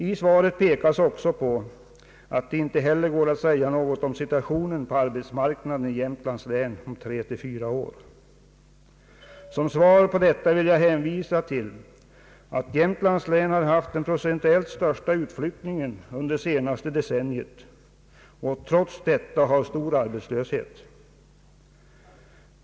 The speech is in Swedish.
I svaret pekas också på att det inte heller går att säga något om situationen på arbetsmarknaden i Jämtlands län om tre till fyra år. Som svar på detta vill jag hänvisa till att Jämtlands län har haft den procentuellt största utflyttningen under det senaste decenniet och trots detta har stor arbetslöshet.